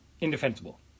indefensible